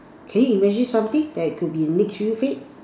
can you imagine something that would be next feel feed